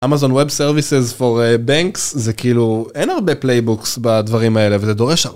Amazon Web Services for Banks זה כאילו אין הרבה פלייבוקס בדברים האלה וזה דורש הר...